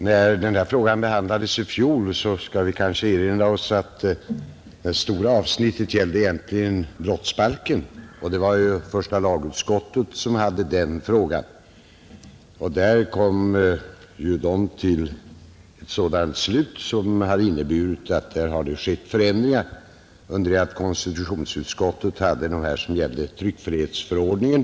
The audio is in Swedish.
Herr talman! Vi bör kanske erinra oss att när den här frågan behandlades i fjol gällde det stora avsnittet huvudsakligen brottsbalken, som första lagutskottet hade att yttra sig över, och där blev det en del ändringar. Konstitutionsutskottet behandlade ärendet med avseende på tryckfrihetsförordningen.